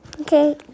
Okay